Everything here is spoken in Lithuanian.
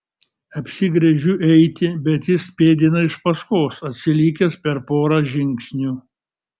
apsigręžiu eiti bet jis pėdina iš paskos atsilikęs per porą žingsnių